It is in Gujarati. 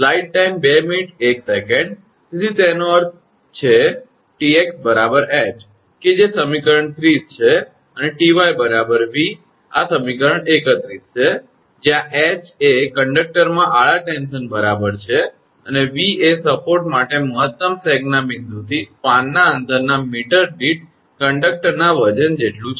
તેથી તેનો અર્થ છે 𝑇𝑥 𝐻 કે જે સમીકરણ 30 છે અને 𝑇𝑦 𝑉 આ સમીકરણ 31 છે જ્યાં 𝐻 એ કંડકટરમાં આડા ટેન્શન બરાબર છે અને 𝑉 એ સપોર્ટ માટે મહત્તમ સેગના બિંદુથી સ્પાનના અંતરના મીટર દીઠ કંડકટરના વજન જેટલું છે